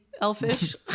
Elfish